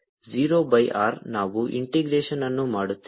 0 by R ನಾವು ಇಂಟಿಗ್ರೇಶನ್ಅನ್ನು ಮಾಡುತ್ತಿದ್ದೇವೆ